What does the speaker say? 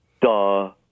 Duh